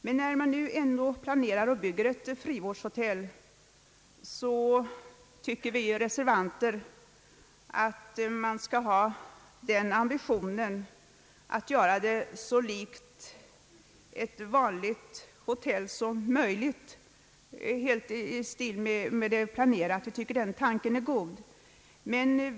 När nu ett frivårdshotell planeras och byggs, anser vi reservanter att ambitionen skall vara att göra detta hotell så likt ett vanligt hotell som möjligt. Den tanken är god.